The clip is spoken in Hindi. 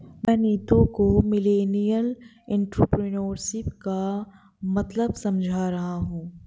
मैं नीतू को मिलेनियल एंटरप्रेन्योरशिप का मतलब समझा रहा हूं